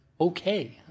okay